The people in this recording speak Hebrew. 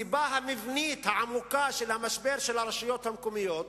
הסיבה המבנית העמוקה של המשבר של הרשויות המקומיות